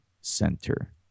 Center